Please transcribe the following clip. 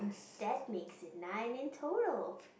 that makes it nine in total